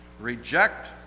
reject